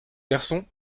garçon